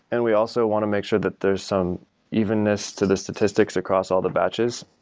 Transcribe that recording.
and we also want to make sure that there's some evenness to the statistics across all the batches.